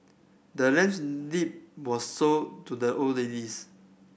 the land's deed was sold to the old ladies